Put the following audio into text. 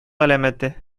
галәмәте